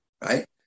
right